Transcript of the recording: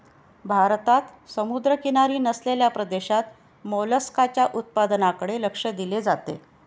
भारतात समुद्रकिनारी नसलेल्या प्रदेशात मोलस्काच्या उत्पादनाकडे लक्ष दिले जाते